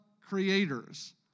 creators